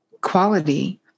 quality